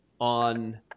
on